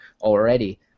already